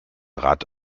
rad